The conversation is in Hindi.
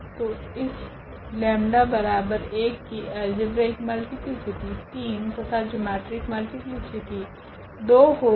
तो इस लेम्डा 𝜆 बराबर 1 की अल्जेब्रिक मल्टीप्लीसिटी 3 तथा जिओमेट्रिक मल्टीप्लीसिटी 2 होगी